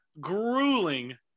grueling